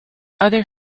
other